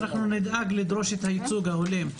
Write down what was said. אנחנו נדאג לדרוש את הייצוג ההולם.